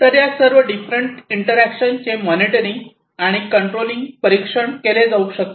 तर या सर्व डिफरंट इंटरॅक्शनचे मॉनिटरिंग आणि कंट्रोलिंग परीक्षण केले जाऊ शकते